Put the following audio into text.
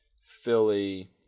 Philly